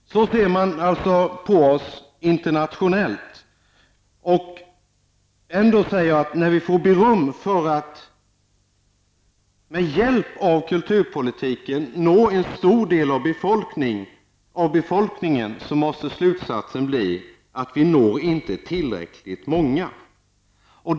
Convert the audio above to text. Det är så man ser på oss internationellt. När vi får beröm för att vi med hjälp av kulturpolitiken når en stor del av befolkningen, måste slutsatsen bli att vi inte når tillräckligt många.